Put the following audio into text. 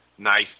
nice